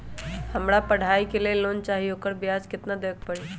हमरा पढ़ाई के लेल लोन चाहि, ओकर ब्याज केतना दबे के परी?